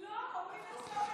לא, אומרים לחזור לנקודה.